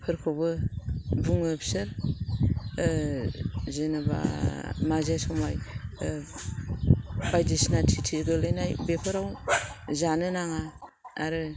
फोरखौबो बुङो फिसोर जेनोबा माजे समाय बायदिसिना थिथि गोलैनाय बेफोराव जानो नाङा आरो